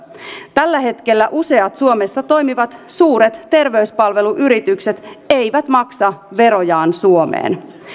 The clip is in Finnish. tällä hetkellä useat suomessa toimivat suuret terveyspalveluyritykset eivät maksa verojaan suomeen